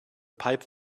pipe